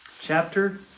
chapter